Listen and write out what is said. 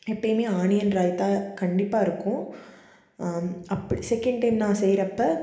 எப்போயுமே ஆனியன் ரைத்தா கண்டிப்பாக இருக்கும் அப்படி செகண்ட் டைம் நான் செய்யிறப்போ